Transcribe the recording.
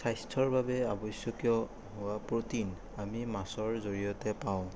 স্বাস্থ্যৰ বাবে আৱশ্যকীয় হোৱা প্ৰটিন আমি মাছৰ জৰিয়তে পাওঁ